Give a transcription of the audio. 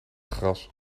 gras